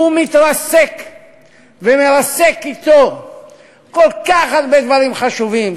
הוא מתרסק ומרסק אתו כל כך הרבה דברים חשובים,